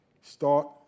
Start